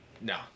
no